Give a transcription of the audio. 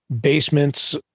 basements